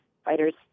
fighters